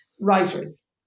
writers